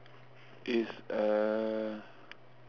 is uh